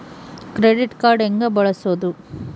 Credit card ಹೆಂಗ ಬಳಸೋದು?